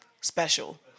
special